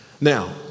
Now